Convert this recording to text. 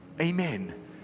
Amen